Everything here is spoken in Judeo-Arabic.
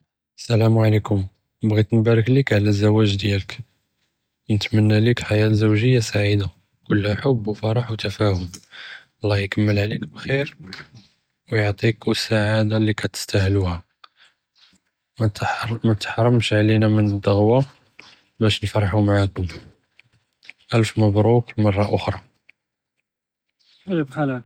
אלאסלאם עלייקום, בעית נברכ ליכ עלא אלזואג דיאלכ, נתמנא ליכ חייאה זוגיה סעידה כולחה חוב ופרח ותפאהם, אללה יכמל עליכ בכיר וי עביכום אלסעאדה אללי קאתסתאהלוה, מא תחרמש עלינא מן אלדגווא באש نفرחאו מעאכום, אלף מברוּכ מרה אוחרה.